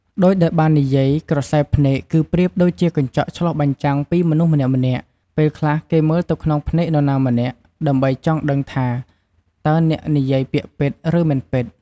ដូចដែលបាននិយាយ ក្រសែភ្នែក គឺប្រៀបដូចជាកញ្ចក់ឆ្លុះបញ្ចាំងពីមនុស្សម្នាក់ៗ ពេលខ្លះគេមើលទៅក្នុងភ្នែកនរណាម្នាក់ ដើម្បីចង់ដឹងថា តើអ្នកនិយាយពាក្យពិត ឬ មិនពិត។